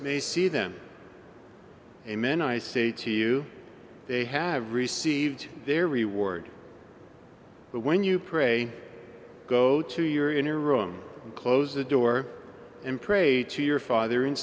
may see them amen i say to you they have received their reward but when you pray go to your inner room close the door and pray to your father in